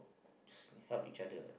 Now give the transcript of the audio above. just helps each other [what]